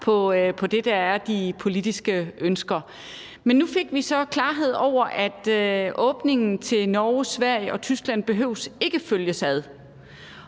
på det, der er de politiske ønsker. Men nu fik vi så klarhed over, at åbningen til Norge, Sverige og Tyskland ikke behøver at følges ad,